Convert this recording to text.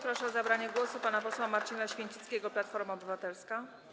Proszę o zabranie głosu pana posła Marcina Święcickiego, Platforma Obywatelska.